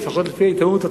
לפחות לפי העיתונות,